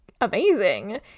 amazing